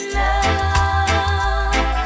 love